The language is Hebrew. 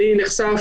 אני נחשף